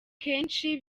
kenshi